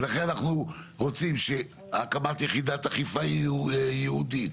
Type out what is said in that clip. אנחנו רוצים הקמת יחידת אכיפה ייעודית,